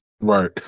right